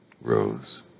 Rose